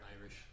Irish